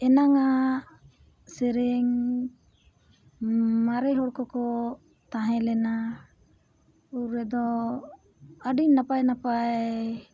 ᱮᱱᱟᱱᱟᱜ ᱥᱮᱨᱮᱧ ᱢᱟᱨᱮ ᱦᱚᱲ ᱠᱚᱠᱚ ᱛᱟᱦᱮᱸ ᱞᱮᱱᱟ ᱩᱱ ᱨᱮᱫᱚ ᱟᱹᱰᱤ ᱱᱟᱯᱟᱭ ᱱᱟᱯᱟᱭ